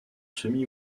semi